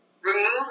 remove